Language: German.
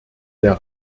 der